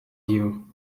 you